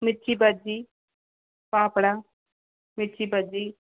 మిర్చీ బజీ పాపడ మిర్చీ బజీ